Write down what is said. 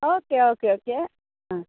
okay okay okay आं